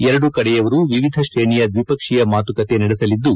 ಎರಡೂ ಕಡೆಯವರು ವಿವಿಧ ಶ್ರೇಣಿಯ ದ್ನಿಪಕ್ಷೀಯ ಮಾತುಕತೆ ನಡೆಸಲಿದ್ಗು